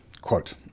quote